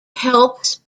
helps